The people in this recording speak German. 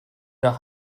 nach